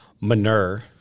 manure